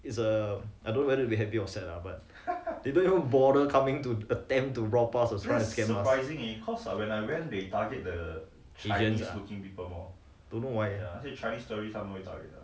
it err I don't know to be happy or sad lah but they don't even bother coming to attempt to walk pass or trying to 骗 us asian ah don't know ah